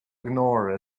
ignore